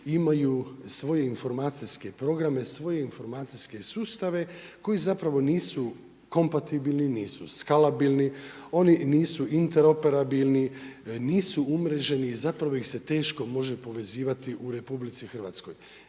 imaju svoje informacijske programe, svoje informacijske sustave koji zapravo nisu kompatibilni, nisu skalabilni, oni nisu interoperabilni, nisu umreženi i zapravo ih se teško može povezivanje u RH. Neki jesu